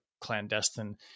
clandestine